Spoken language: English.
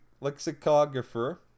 lexicographer